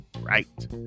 right